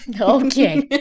Okay